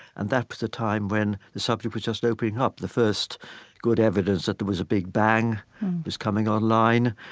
and that was the time when the subject was just opening up. the first good evidence that there was a big bang was coming online,